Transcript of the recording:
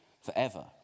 forever